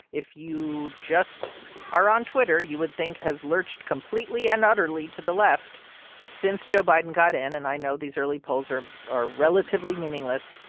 if you just are on twitter, you would think has lurched completely and utterly to the left since joe biden got in and i know these early polls are are relatively meaningless.